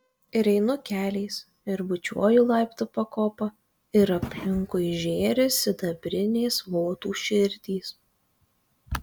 ir einu keliais ir bučiuoju laiptų pakopą ir aplinkui žėri sidabrinės votų širdys